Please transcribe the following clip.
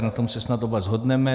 Na tom se snad oba shodneme.